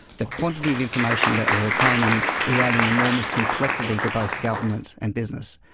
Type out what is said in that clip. the quantity of information that we are retaining is adding enormous complexity to both government and business,